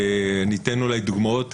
ניתן אולי דוגמאות.